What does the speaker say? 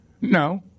No